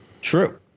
True